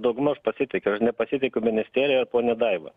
daugmaž pasitikiu aš nepasitikiu ministerija ir ponia daiva